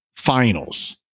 Finals